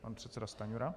Pan předseda Stanjura.